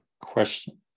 Question